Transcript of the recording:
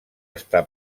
està